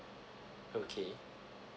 okay